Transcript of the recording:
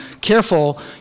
careful